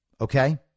Okay